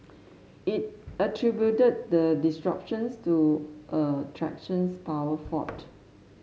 it attributed the disruptions to a traction power fault